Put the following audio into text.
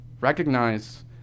Recognize